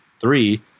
three